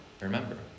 Remember